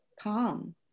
calm